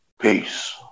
Peace